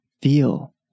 feel